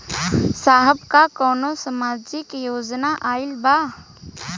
साहब का कौनो सामाजिक योजना आईल बा?